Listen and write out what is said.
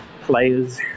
Players